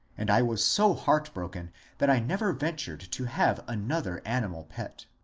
and i was so heartbroken that i never ventured to have another animal pet.